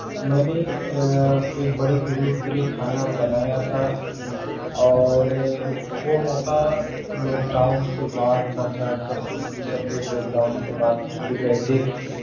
میں نے ایک بڑے گروپ کے لئے کھانا بنایا تھا اور وہ موقعہ لاک ڈاؤن کے بعد کا تھا جب سب لوگ لاک ڈاؤن کے بعد گھر پہ گئے تھے